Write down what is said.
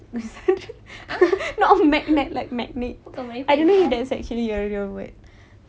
merepek saja ah